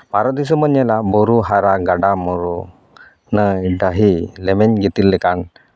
ᱵᱷᱟᱨᱚᱛ ᱫᱤᱥᱚᱢ ᱵᱚᱱ ᱧᱮᱞᱟ ᱵᱩᱨᱩᱼᱦᱟᱨᱟ ᱜᱟᱰᱟᱼᱢᱩᱰᱩ ᱱᱟᱹᱭ ᱰᱟᱹᱦᱤ ᱞᱮᱢᱮᱧ ᱜᱤᱛᱤᱞ ᱞᱮᱠᱟᱱ